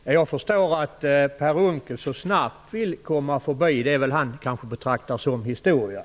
Fru talman! Jag förstår att Per Unckel så snabbt vill komma förbi det som han betraktar som historia.